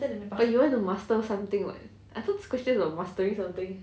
but you want to master something [what] I thought this question is about mastering something